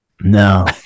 No